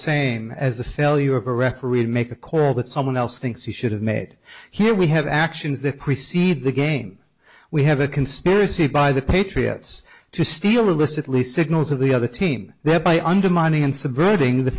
same as the failure of a referee to make a call that someone else thinks he should have made here we have actions that precede the game we have a conspiracy by the patriots to steal illicitly signals of the other team thereby undermining in subverting the